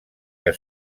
que